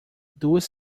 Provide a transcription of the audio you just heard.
duas